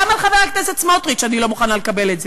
גם על חבר הכנסת סמוטריץ אני לא מוכנה לקבל את זה,